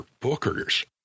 bookers